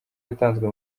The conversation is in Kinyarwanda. yatanzwe